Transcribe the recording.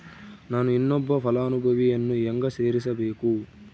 ನಾನು ಇನ್ನೊಬ್ಬ ಫಲಾನುಭವಿಯನ್ನು ಹೆಂಗ ಸೇರಿಸಬೇಕು?